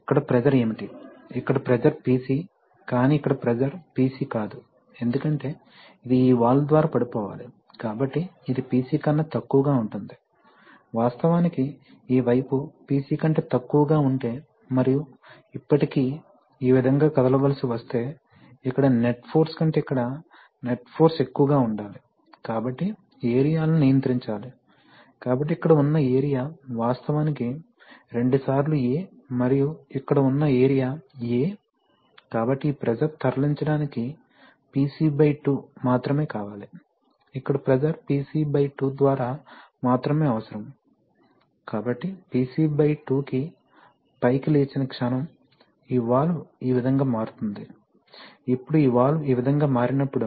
ఇక్కడ ప్రెషర్ ఏమిటి ఇక్కడ ప్రెషర్ PC కాని ఇక్కడ ప్రెషర్ PC కాదు ఎందుకంటే ఇది ఈ వాల్వ్ ద్వారా పడిపోవాలి కాబట్టి ఇది PC కన్నా తక్కువగా ఉంటుంది వాస్తవానికి ఈ వైపు PC కంటే తక్కువగా ఉంటే మరియు ఇప్పటికీ ఈ విధంగా కదలవలసి వస్తే ఇక్కడ నెట్ ఫోర్స్ కంటే ఇక్కడ నెట్ ఫోర్స్ ఎక్కువగా ఉండాలి కాబట్టి ఏరియా లను నియంత్రించాలి కాబట్టి ఇక్కడ ఉన్న ఏరియా వాస్తవానికి రెండుసార్లు A మరియు ఇక్కడ ఉన్న ఏరియా A కాబట్టి ఈ ప్రెషర్ తరలించడానికి PC బై 2 మాత్రమే కావాలి ఇక్కడ ప్రెషర్ PC బై 2 ద్వారా మాత్రమే అవసరం కాబట్టి PC బై 2 కి పైకి లేచిన క్షణం ఈ వాల్వ్ ఈ విధంగా మారుతుంది ఇప్పుడు ఈ వాల్వ్ ఈ విధంగా మారినప్పుడు